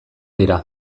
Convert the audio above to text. dira